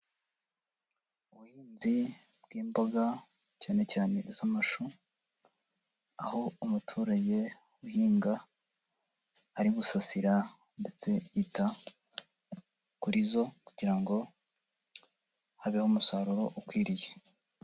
Ubuhinzi bw'imboga, cyane cyane iz'amashu, aho umuturage uhinga ari gusasira ndetse yita kuri zo kugira ngo habeho umusaruro ukwiriye.